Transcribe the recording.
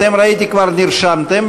אתם, ראיתי כבר, נרשמתם.